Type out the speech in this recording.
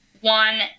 One